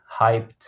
hyped